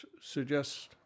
suggest